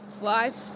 life